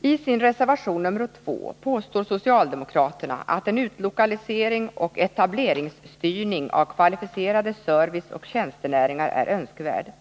I sin reservation nr 2 påstår socialdemokraterna att en utlokalisering och etableringsstyrning av kvalificerade serviceoch tjänstenäringar är önskvärd.